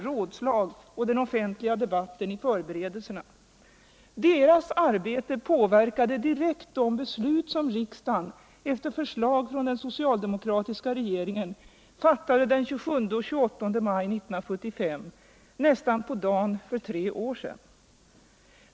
rådslag och den offentliga debatten i förberedelserna. Deras arbete påverkade direkt de beslut som riksdagen, efter förslag från den socialdemokratiska regeringen, fattade den 27 och den 28 maj 1975 — nästan på dagen för tre år sedan.